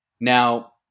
Now